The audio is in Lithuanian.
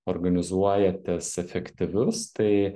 organizuojatės efektyvius tai